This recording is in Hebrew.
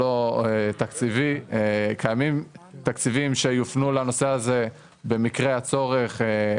קיימים תקציבים שיופנו לנושא הזה במקרה הצורך.